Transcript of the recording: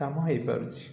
କାମ ହେଇପାରୁଛି